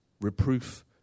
reproof